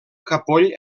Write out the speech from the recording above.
capoll